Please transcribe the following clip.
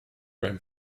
ran